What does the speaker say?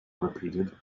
repeated